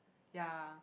ya